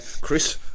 Chris